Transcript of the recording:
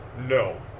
no